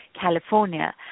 California